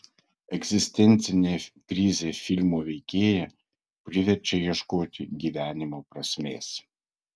egzistencinė krizė filmo veikėją priverčia ieškoti gyvenimo prasmės